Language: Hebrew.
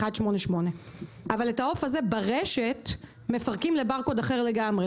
188. אבל את העוף הזה ברשת מפרקים לברקוד אחר לגמרי,